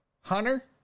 Hunter